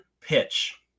pitch